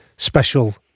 Special